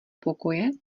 pokoje